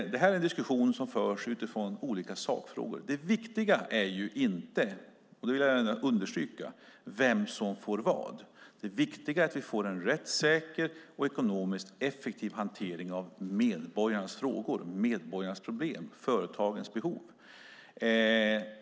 Det här är en diskussion som förs utifrån olika sakfrågor. Det viktiga är inte vem som får vad - det vill jag gärna understryka. Det viktiga är att vi får en rättssäker och ekonomiskt effektiv hantering av medborgarnas frågor och problem och företagens behov.